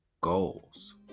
goals